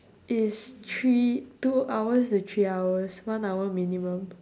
is three two hours to three hours one hour minimum